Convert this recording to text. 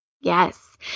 Yes